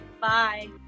bye